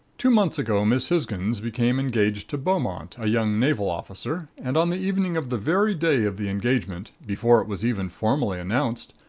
two months ago miss hisgins became engaged to beaumont, a young naval officer, and on the evening of the very day of the engagement, before it was even formally announced,